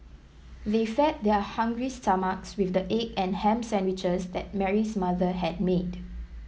they fed their hungry stomachs with the egg and ham sandwiches that Mary's mother had made